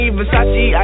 Versace